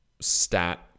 stat